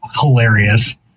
hilarious